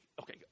okay